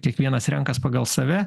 kiekvienas renkas pagal save